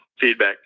feedback